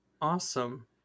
Awesome